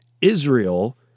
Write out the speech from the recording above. Israel